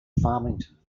farmington